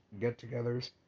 get-togethers